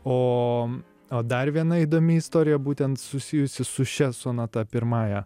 o o dar viena įdomi istorija būtent susijusi su šia sonata pirmąja